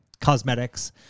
cosmetics